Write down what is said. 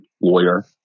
lawyer